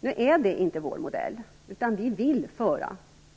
Nu är det inte vår modell, utan vi vill föra